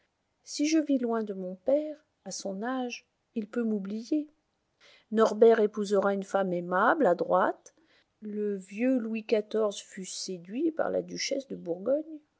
si je vis loin de mon père à son âge il peut m'oublier norbert épousera une femme aimable adroite le vieux louis xiv fut séduit par la duchesse de bourgogne